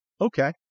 okay